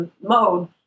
mode